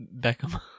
Beckham